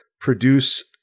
produce